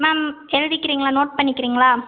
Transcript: ma'am எழுதிக்கிறிங்களா note பண்ணிக்கிறிங்களா